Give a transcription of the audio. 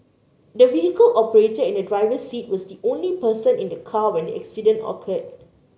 the vehicle operator in the driver's seat was the only person in the car when the accident occurred